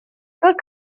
good